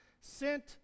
sent